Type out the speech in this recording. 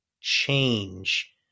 change